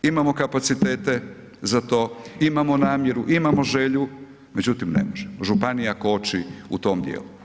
Imamo kapacitete za to, imamo namjeru, imamo želju, međutim ne može, županija koči u tom dijelu.